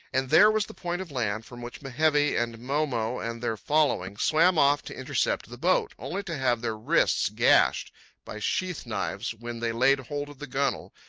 and there was the point of land from which mehevi and mow-mow and their following swam off to intercept the boat, only to have their wrists gashed by sheath-knives when they laid hold of the gunwale,